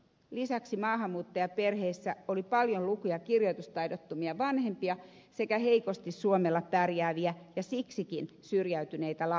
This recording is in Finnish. lisäksi maahanmuuttajaperheissä oli paljon luku ja kirjoitustaidottomia vanhempia sekä heikosti suomella pärjääviä ja siksikin syrjäytyneitä lapsia